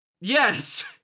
Yes